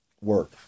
work